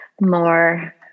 more